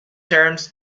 terms